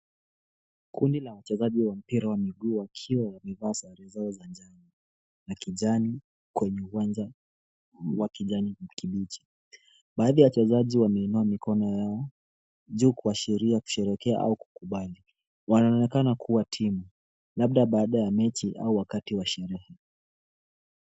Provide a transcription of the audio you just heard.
Kundi la wachezaji wa mpira wa mguu wakiwa wamevaa sare zao za njano na kijani kwenye uwanja wa kijani kibichi. Baadhi ya wachezaji wameinua mikono yao juu kuashiria kusherehekea au kukubali. Wanaonekana kuwa timu, labda baada ya mechi au wakati wa sherehe.